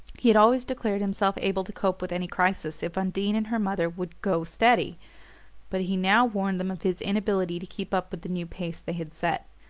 he had always declared himself able to cope with any crisis if undine and her mother would go steady but he now warned them of his inability to keep up with the new pace they had set.